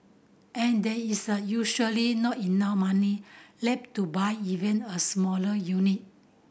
and there is a usually not enough money left to buy even a smaller unit